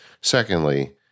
secondly